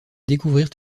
découvrirent